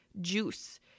juice